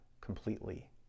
completely